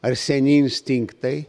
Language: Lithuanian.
ar seni instinktai